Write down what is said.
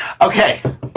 Okay